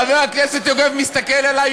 חבר הכנסת יוגב מסתכל עלי,